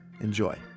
Enjoy